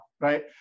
right